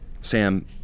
Sam